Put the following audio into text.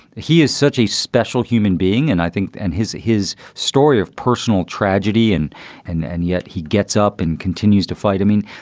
he is such a special human being. and i think and his his story of personal tragedy and and and yet he gets up and continues to fight. i mean,